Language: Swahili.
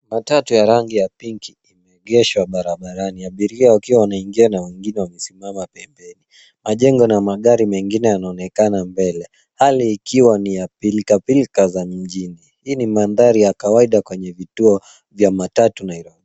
Matatu ya rangi ya pinki imeegeshwa barabarani. Abiria wakiwa wanaingia na wengine wamesimama pembeni. Majengo na magari mengine yanaonekana mbele. Hali ikiwa ni ya pilikapilika za mjini. Hii ni mandhari ya kawaida kwenye vituo vya matatu Nairobi.